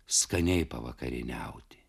skaniai pavakarieniauti